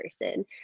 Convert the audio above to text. person